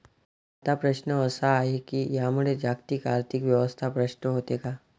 आता प्रश्न असा आहे की यामुळे जागतिक आर्थिक व्यवस्था भ्रष्ट होते का?